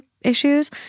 issues